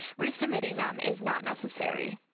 resubmitting them is not necessary.